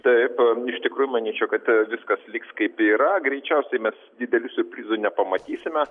taip iš tikrųjų manyčiau kad viskas liks kaip yra greičiausiai mes didelių siurprizų nepamatysime